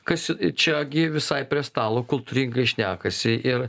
kas čia gi visai prie stalo kultūringai šnekasi ir